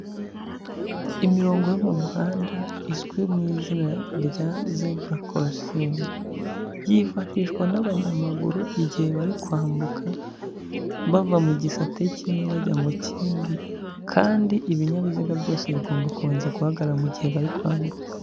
Imirongo yo mu muhanda izwi mu izina rya zebura korosingi yifashishwa n'abanyamaguru igihe bari kwambuka bava mu gisate kimwe bajya mu kindi kandi ibinyabiziga byose bigomba kubanza guhagarara gihe bari kwambuka.